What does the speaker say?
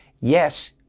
Yes